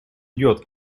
идет